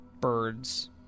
birds